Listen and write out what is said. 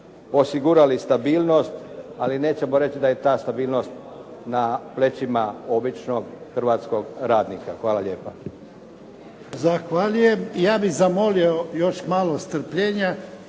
osigurali stabilnost ali nećemo reći da je ta stabilnost na plećima običnog hrvatskog radnika. Hvala lijepa. **Jarnjak, Ivan (HDZ)** Ja bih zamolio još malo strpljenja.